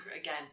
again